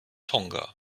tonga